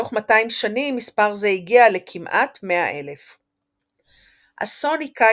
בתוך מאתיים שנים מספר זה הגיע לכמעט 100,000. אסון הכה